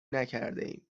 نکردهایم